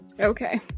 Okay